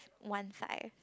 once I